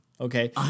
Okay